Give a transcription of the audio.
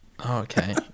Okay